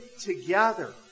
together